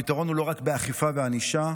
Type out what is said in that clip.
הפתרון הוא לא רק באכיפה ובענישה,